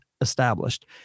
established